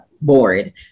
board